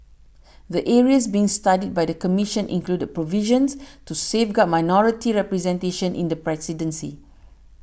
the areas being studied by the Commission include provisions to safeguard minority representation in the presidency